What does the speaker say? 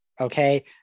okay